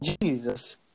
Jesus